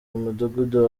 mudugudu